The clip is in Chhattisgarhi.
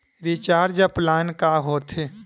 रिचार्ज प्लान का होथे?